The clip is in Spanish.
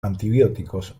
antibióticos